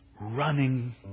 running